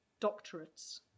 doctorates